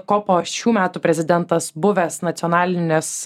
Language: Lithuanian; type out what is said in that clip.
kopo šių metų prezidentas buvęs nacionalinės